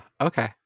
Okay